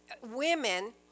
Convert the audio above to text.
women